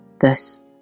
Thus